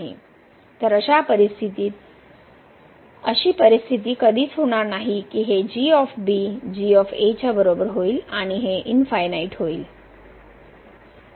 तर अशी परिस्थिती कधीच होणार नाही की ही हे च्या बरोबर होईल आणि हे इनफायनाइट होईल